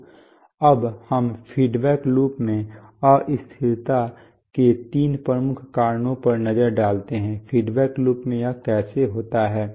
तो अब हम फीडबैक लूप में अस्थिरता के तीन प्रमुख कारणों पर नजर डालते हैं फीडबैक लूप में यह कैसे होता है